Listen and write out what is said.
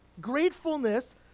Gratefulness